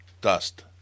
Dust